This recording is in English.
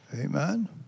Amen